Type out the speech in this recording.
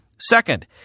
Second